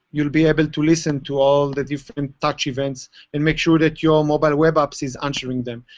you'll be able to listen to all the different touch events and make sure that your mobile web apps is answering them.